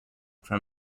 from